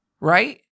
Right